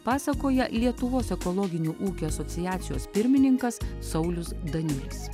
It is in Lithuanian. pasakoja lietuvos ekologinių ūkių asociacijos pirmininkas saulius daniulis